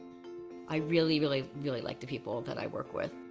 i really, really, really like the people that i work with.